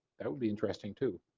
that will be interesting too.